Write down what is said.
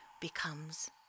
becomes